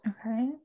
Okay